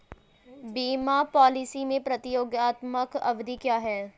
बीमा पॉलिसी में प्रतियोगात्मक अवधि क्या है?